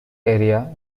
area